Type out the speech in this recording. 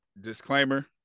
Disclaimer